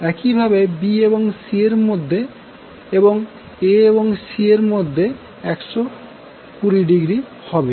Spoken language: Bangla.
একইভাবে B এবং C এর মধ্যে এবং A এবং C এর মধ্যে 120০ হবে